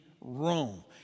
Rome